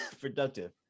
Productive